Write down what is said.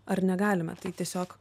ar negalime tai tiesiog